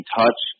touch